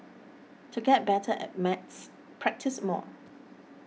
to get better at maths practise more